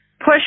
push